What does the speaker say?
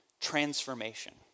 Transformation